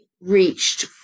reached